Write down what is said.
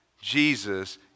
jesus